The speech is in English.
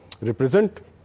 represent